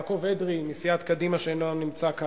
יעקב אדרי מסיעת קדימה, שאינו נמצא כאן.